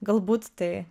galbūt tai